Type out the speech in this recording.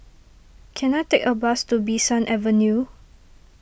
can I take a bus to Bee San Avenue